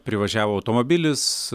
privažiavo automobilis